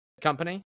company